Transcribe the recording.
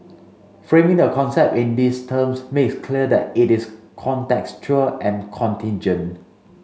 framing the concept in these terms makes clear that it is contextual and contingent